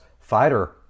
fighter